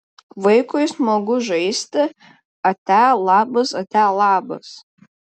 vaikui smagu žaisti atia labas atia labas